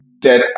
dead